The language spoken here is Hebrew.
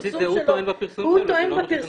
זה הוא טוען בפרסום שלו.